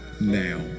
now